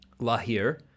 Lahir